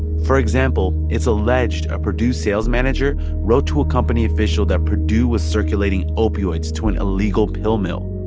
for example, it's alleged a purdue sales manager wrote to a company official that purdue was circulating opioids to an illegal pill mill.